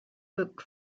book